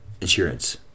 insurance